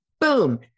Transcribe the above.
Boom